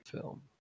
film